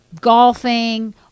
golfing